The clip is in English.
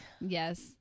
Yes